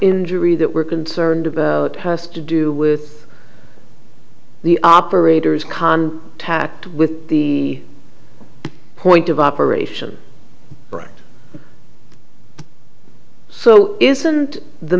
injury that we're concerned about has to do with the operators com tact with the point of operation brett so isn't the